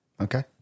Okay